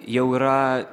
jau yra